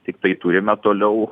tiktai turime toliau